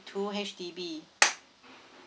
two H_D_B